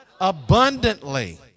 Abundantly